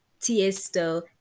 tiesto